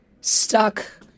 stuck